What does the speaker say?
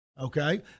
Okay